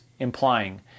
implying